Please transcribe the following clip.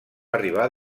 arribar